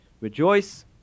Rejoice